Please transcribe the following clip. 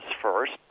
first